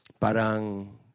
parang